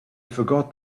forgot